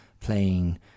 playing